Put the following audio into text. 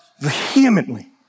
vehemently